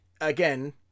again